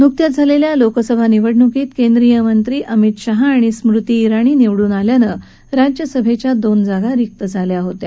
नुकत्याच झालेल्या लोकसभा निवडणूकीत केंद्रीय मंत्री अमित शाह आणि स्मृती ताणी निवडून आल्यानं राज्यसभेच्या दोन जागा रिक्त झाल्या होत्या